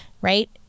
Right